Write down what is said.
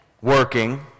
working